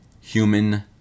human